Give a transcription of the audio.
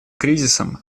кризисом